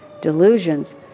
delusions